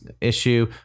issue